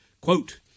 Quote